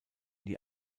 die